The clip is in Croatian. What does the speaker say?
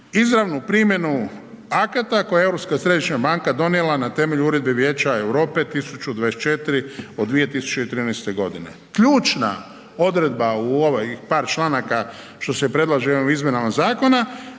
je Europska središnja banka donijela na temelju Uredbe Vijeća Europe 1024 od 2013. godine. Ključna odredba u ovoj, par članaka što se predlaže ovim izmjenama zakona,